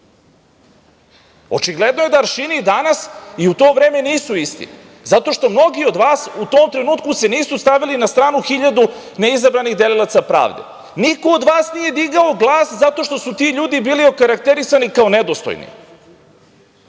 Očigledno je da aršini i danas i u to vreme nisu isti zato što mnogi od vas u tom trenutku se nisu stavili na stranu hiljadu neizabranih delilaca pravde. Niko od vas nije digao glas zato što su ti ljudi bili okarakterisani kao nedostojni,